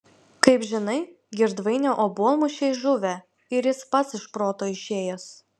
kaip žinai girdvainio obuolmušiai žuvę ir jis pats iš proto išėjęs